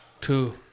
two